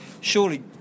Surely